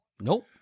Nope